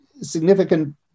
significant